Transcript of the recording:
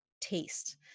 taste